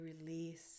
release